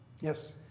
Yes